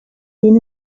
been